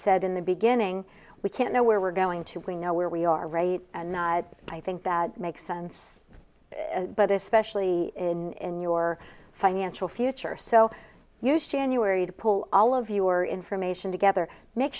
said in the beginning we can't know where we're going to we know where we are right i think that makes sense but especially in your financial future so use january to pull all of your information together make